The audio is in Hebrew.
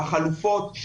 החלופות,